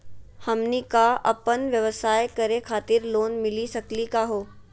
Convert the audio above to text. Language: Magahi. हमनी क अपन व्यवसाय करै खातिर लोन मिली सकली का हो?